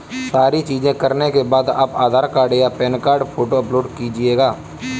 सारी चीजें करने के बाद आप आधार कार्ड या पैन कार्ड फोटो अपलोड कीजिएगा